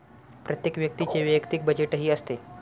प्रत्येक व्यक्तीचे वैयक्तिक बजेटही असते